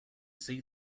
see